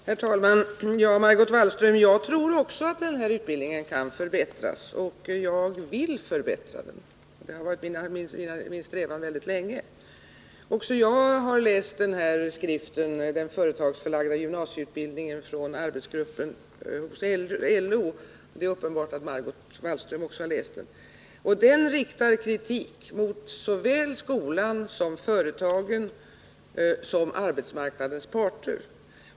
Herr talman! Jag tror också, Margot Wallström, att den här utbildningen kan förbättras, och jag vill förbättra den. Det har varit min strävan väldigt länge. Även jag har läst skriften ”Den företagsförlagda gymnasieutbildningen” från arbetsgruppen inom LO, och det är uppenbart att Margot Wallström också har läst den. Den riktar kritik mot såväl skolan som företagen och arbetsmarknadens parter.